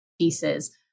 pieces